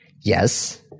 Yes